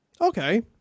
Okay